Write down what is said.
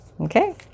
okay